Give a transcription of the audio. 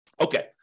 Okay